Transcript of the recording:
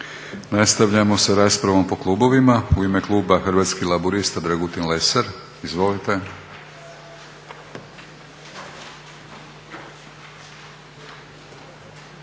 Nastavljamo sa raspravom po klubovima. U ime Kluba Hrvatskih laburista Dragutin Lesar, izvolite.